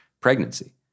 pregnancy